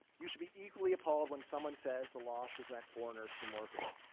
you should be equally appalled when someone says the laws prevent foreigners from working.